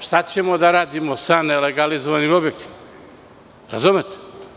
šta ćemo da radimo sa nelegalizovanim objektima, razumete?